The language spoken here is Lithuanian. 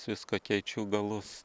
viską keičiu galus